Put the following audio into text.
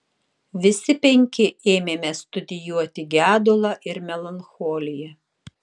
visi penki ėmėme studijuoti gedulą ir melancholiją